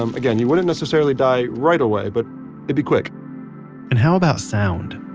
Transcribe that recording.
um again, you wouldn't necessarily die right away, but it'd be quick and how about sound.